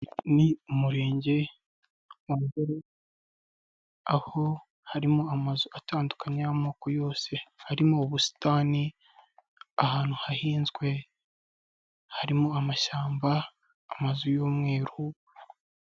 Ni umurenge aho harimo amazu atandukanye y'amoko yose harimo ubusitani ahantu hahinzwe harimo amashyamba amazu y'umweru.